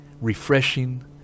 refreshing